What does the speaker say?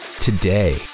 today